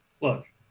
look